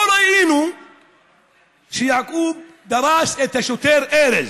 לא ראינו שיעקוב דרס את השוטר ארז.